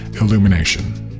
Illumination